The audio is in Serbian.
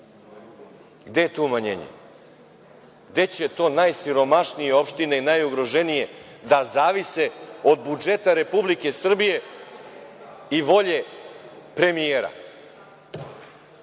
Gde je tu umanjenje? Gde će to najsiromašnije opštine i najugroženije da zavise od budžeta Republike Srbije i volje premijera?